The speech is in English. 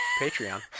Patreon